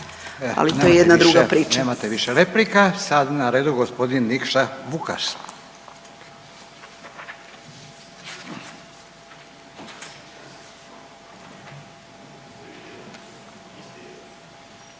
ali to je jedna druga priča.